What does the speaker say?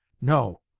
no.